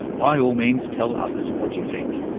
by all means tell others what you think,